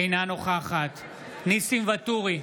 אינה נוכחת ניסים ואטורי,